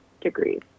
degrees